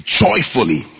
joyfully